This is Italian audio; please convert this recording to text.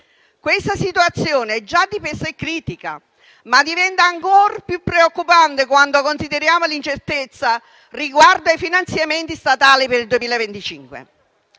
Questa situazione è già di per sé critica, ma diventa ancor più preoccupante quando consideriamo l'incertezza riguardo ai finanziamenti statali per il 2025.